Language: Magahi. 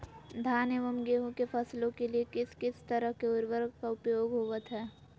धान एवं गेहूं के फसलों के लिए किस किस तरह के उर्वरक का उपयोग होवत है?